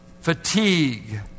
Fatigue